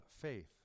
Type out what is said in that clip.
faith